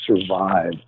survive